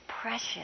precious